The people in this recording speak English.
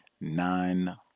nine